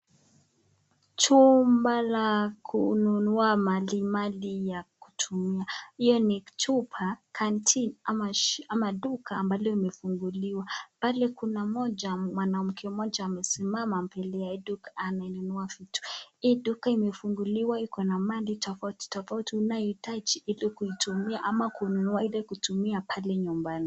Chumba la kununua malimali ya kutumia. Hiyo ni chupa, canteen ama duka ambalo limefunguliwa. Pale kuna moja, mwanamke moja amesimama mbele ya hii duka amenunua vitu. Hii duka imefunguliwa iko na mali tofautitofauti unayohitaji ili kuitumia ama kununua ili kutumia pale nyumbani.